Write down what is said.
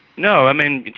no. i mean,